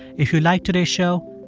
if you liked today's show,